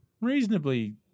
reasonably